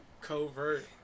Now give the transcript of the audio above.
covert